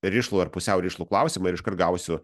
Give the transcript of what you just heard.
rišlų ar pusiau rišlų klausimą ir iškart gausiu